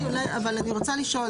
אבל אני רוצה לשאול.